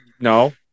No